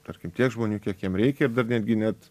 tarkim tiek žmonių kiek jiem reikia ir dar netgi net